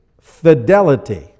fidelity